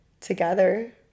together